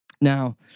Now